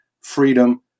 freedom